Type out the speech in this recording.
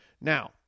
Now